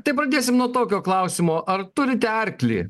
tai pradėsim nuo tokio klausimo ar turite arklį